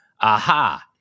aha